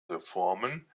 reformen